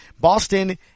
Boston